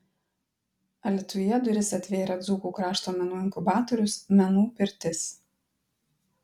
alytuje duris atvėrė dzūkų krašto menų inkubatorius menų pirtis